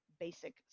basic